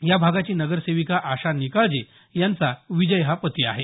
या भागाची नगरसेविका आशा निकाळजे यांचा विजय हा पती आहे